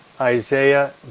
Isaiah